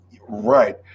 Right